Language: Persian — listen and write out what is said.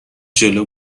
جلو